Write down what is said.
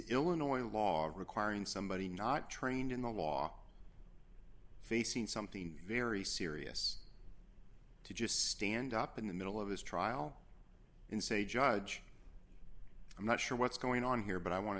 illinois law requiring somebody not trained in the law facing something very serious to just stand up in the middle of his trial in say judge i'm not sure what's going on here but i want to